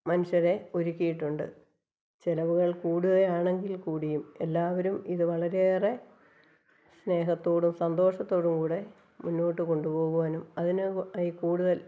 മനുഷ്യരെ ഒരുക്കിയിട്ടുണ്ട് ചെലവുകള് കൂടുകയാണെങ്കില്ക്കൂടിയും എല്ലാവരും ഇത് വളരെയേറെ സ്നേഹത്തോടും സന്തോഷത്തോടും കൂടെ മുന്നോട്ട് കൊണ്ടുപോകുവാനും അതിന് അതിൽ കൂടുതല്